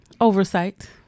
oversight